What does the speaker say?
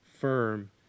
firm